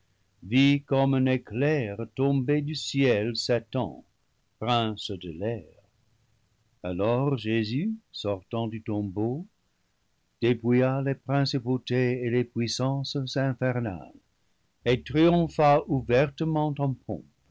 comme un éclair tomber du ciel satan prince de l'air alors jésus sortant du tombeau dépouilla les principautés et les puissances infernales et triompha ouvertement